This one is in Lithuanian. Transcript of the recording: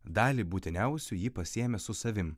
dalį būtiniausių jį pasiėmė su savim